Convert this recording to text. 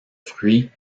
fruit